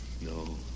No